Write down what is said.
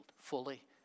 fully